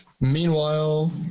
Meanwhile